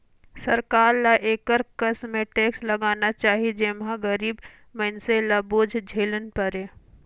सरकार ल एकर कस में टेक्स लगाना चाही जेम्हां गरीब मइनसे ल बोझ झेइन परे